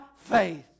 faith